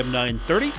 930